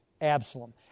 Absalom